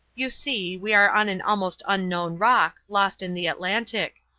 you see, we are on an almost unknown rock, lost in the atlantic.